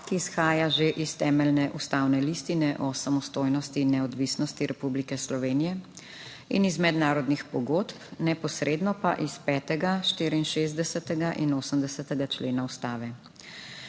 ki izhaja že iz Temeljne ustavne listine o samostojnosti in neodvisnosti Republike Slovenije in iz mednarodnih pogodb, neposredno pa iz 5., 64. in 80. člena Ustave.